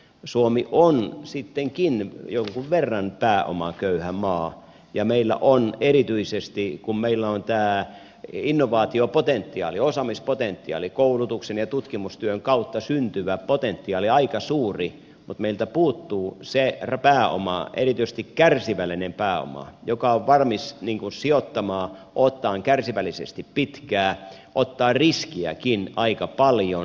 suomi on sittenkin jonkun verran pääomaköyhä maa ja meillä on erityisesti tämä innovaatiopotentiaali osaamispotentiaali koulutuksen ja tutkimustyön kautta syntyvä potentiaali aika suuri mutta meiltä puuttuu se pääoma erityisesti kärsivällinen pääoma joka on valmis sijoittamaan odottamaan kärsivällisesti pitkään ottamaan riskiäkin aika paljon